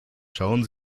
schauen